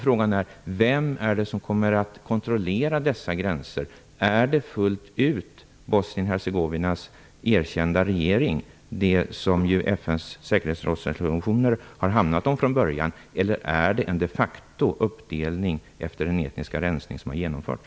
Frågan är vem som kommer att kontrollera dessa gränser. Är det fullt ut Bosnien-Hercegovinas erkända regering, som FN:s säkerhetsrådsresolutioner har handlat om från början, eller sker det de facto en uppdelning efter den etniska rensning som har genomförts?